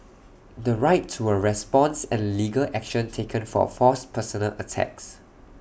the right to A response and legal action taken for false personal attacks